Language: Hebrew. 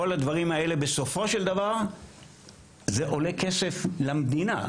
כל הדברים האלה בסופו של דבר זה עולה כסף למדינה.